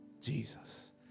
Jesus